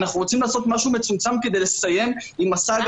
מסוף מאי